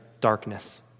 darkness